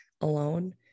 alone